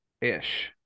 ish